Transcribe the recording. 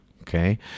Okay